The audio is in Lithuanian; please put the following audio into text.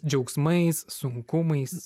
džiaugsmais sunkumais